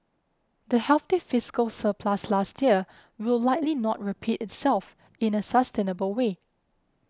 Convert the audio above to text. the healthy fiscal surplus last year will likely not repeat itself in a sustainable way